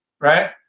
right